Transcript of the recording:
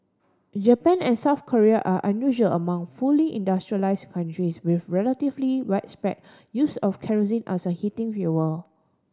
Japan and South Korea are unusual among fully industrialise countries with relatively widespread use of kerosene as a heating fuel